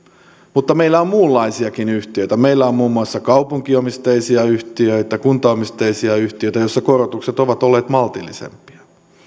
mutta meillä on muunlaisiakin yhtiöitä meillä on muun muassa kaupunkiomisteisia yhtiöitä kuntaomisteisia yhtiöitä joissa korotukset ovat olleet maltillisempia